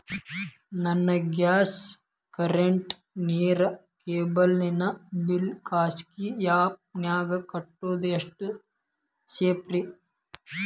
ನನ್ನ gas current, ನೇರು, cable ನ ಬಿಲ್ ಖಾಸಗಿ ಆ್ಯಪ್ ನ್ಯಾಗ್ ಕಟ್ಟೋದು ಎಷ್ಟು ಸೇಫ್ರಿ?